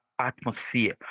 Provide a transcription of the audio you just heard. atmosphere